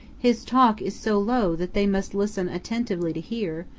his talk is so low that they must listen attentively to hear,